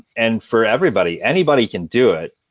and for everybody, anybody can do it.